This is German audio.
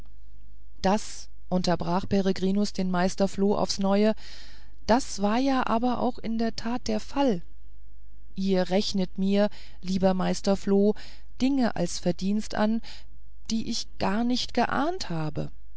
das unterbrach peregrinus den meister floh aufs neue das war ja aber auch in der tat der fall ihr rechnet mir lieber meister floh dinge als verdienst an die ich gar nicht geahnt habe